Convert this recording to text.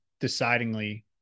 decidingly